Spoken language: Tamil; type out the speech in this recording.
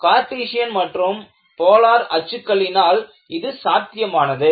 கார்ட்டீசியன் மற்றும் போலார் அச்சுக்களினால் இது சாத்தியமானது